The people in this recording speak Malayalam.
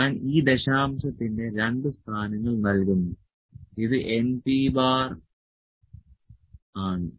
ഞാൻ ഈ ദശാംശത്തിന്റെ രണ്ട് സ്ഥാനങ്ങൾ നൽകുന്നു ഇത് np ബാർ ആണ്